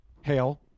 Hail